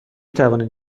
توانید